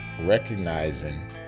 Recognizing